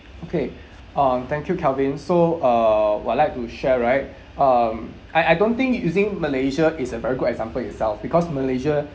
okay um thank you calvin so uh would like to share right um I I don't think if using malaysia is a very good example itself because malaysia